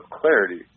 clarity